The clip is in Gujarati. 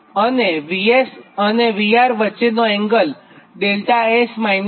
અને VR અને VS વચ્ચેનો એંગલ 𝛿𝑆 - 𝛿R છે